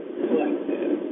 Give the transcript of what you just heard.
collective